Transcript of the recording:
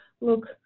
look